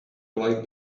liked